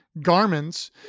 garments